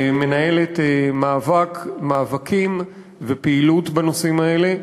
מנהלת מאבקים ופעילות בנושאים האלה.